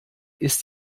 ist